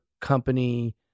company